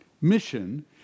Mission